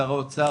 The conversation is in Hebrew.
שר האוצר,